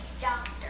doctor